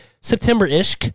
September-ish